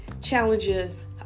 challenges